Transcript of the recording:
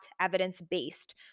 evidence-based